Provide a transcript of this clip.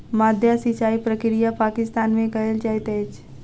माद्दा सिचाई प्रक्रिया पाकिस्तान में कयल जाइत अछि